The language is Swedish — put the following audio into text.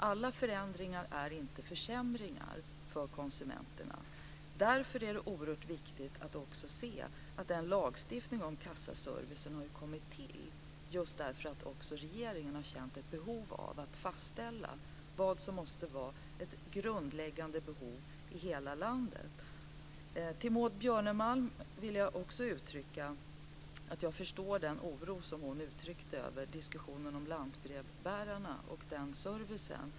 Alla förändringar innebär inte försämringar för konsumenterna. Därför är det oerhört viktigt att se att lagstiftningen om kassaservicen har kommit till just därför att regeringen har känt ett behov av att fastställa det som måste vara grundläggande för hela landet. Till Maud Björnemalm vill jag säga att jag förstår den oro som hon uttryckte över diskussionen om lantbrevbärarna och den servicen.